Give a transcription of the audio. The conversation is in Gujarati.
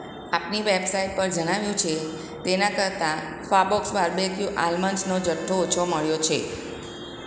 આપની વેબસાઈટ પર જણાવ્યું છે તેનાં કરતાં ફાબોક્સ બાર્બેક્યુ આલમંડસનો જથ્થો ઓછો મળ્યો છે